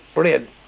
brilliant